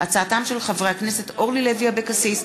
בעקבות דיון בהצעתם של חברי הכנסת אורלי לוי אבקסיס,